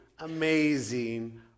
Amazing